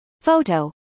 Photo